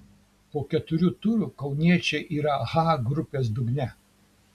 po keturių turų kauniečiai yra h grupės dugne